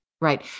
right